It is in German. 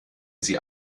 sie